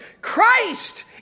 Christ